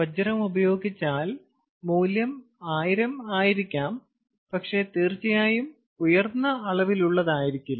വജ്രം ഉപയോഗിച്ചാൽ മൂല്യം ആയിരം ആയിരിക്കാം പക്ഷേ തീർച്ചയായും ഉയർന്ന അളവിലുള്ളതായിരിക്കില്ല